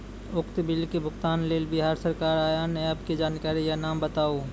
उक्त बिलक भुगतानक लेल बिहार सरकारक आअन्य एप के जानकारी या नाम बताऊ?